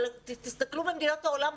תסתכלו במדינות העולם,